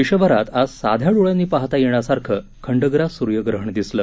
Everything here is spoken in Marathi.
देशभरात आज साध्या डोळ्यांनी पाहता येण्यासारखं खंडग्रास सूर्यग्रहण दिसलं